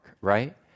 right